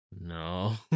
no